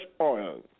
oil